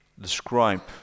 describe